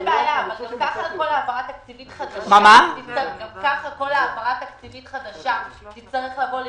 גם כך כל העברה תקציבית חדשה תצטרך לבוא לאישור.